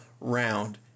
round